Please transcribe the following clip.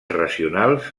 racionals